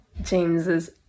James's